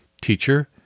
Teacher